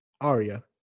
Aria